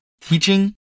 teaching